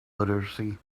literacy